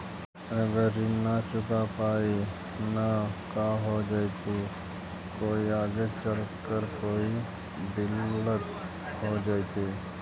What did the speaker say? अगर ऋण न चुका पाई न का हो जयती, कोई आगे चलकर कोई दिलत हो जयती?